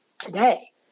today